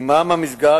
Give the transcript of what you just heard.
אימאם המסגד,